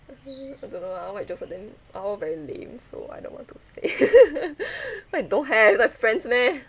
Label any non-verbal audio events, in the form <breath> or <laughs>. (uh huh) I don't know ah my jokes are damn are all very lame so I don't want to say <laughs> <breath> I don't have you got friends meh